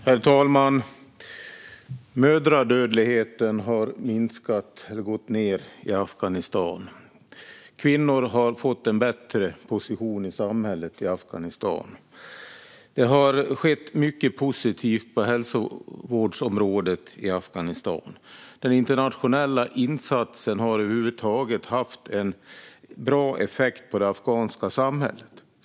Herr talman! Mödradödligheten har gått ned i Afghanistan. Kvinnor har fått en bättre position i samhället i Afghanistan. Det har skett mycket positivt på hälsovårdsområdet i Afghanistan. Den internationella insatsen har över huvud taget haft en bra effekt på det afghanska samhället.